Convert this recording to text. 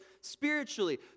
spiritually